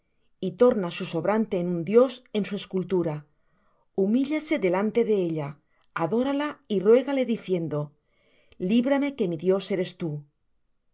y torna su sobrante en un dios en su escultura humíllase delante de ella adórala y ruégale diciendo líbrame que mi dios eres tú